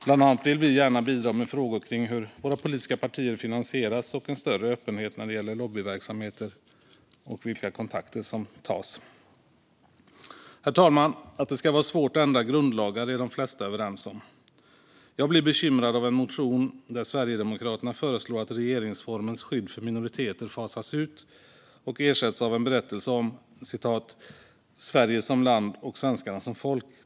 Bland annat vill vi gärna bidra med frågor kring hur våra politiska partier finansieras och en större öppenhet när det gäller lobbyverksamhet och vilka kontakter som tas. Herr talman! Att det ska vara svårt att ändra grundlagar är de flesta överens om. Jag blir bekymrad av en motion där Sverigedemokraterna föreslår att regeringsformens skydd för minoriteter fasas ut och ersätts av "en berättelse om Sverige som land och svenskarna som folk.